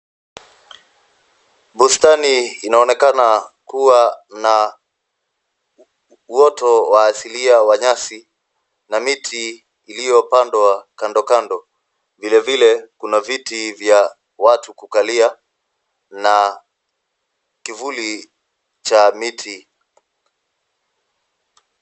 Bustani inaonekana kuwa na uoto wa asilia wa nyasi na miti iliyopandwa kando kando. Vile vile kuna viti vya watu kukalia na kivuli cha miti.